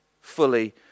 fully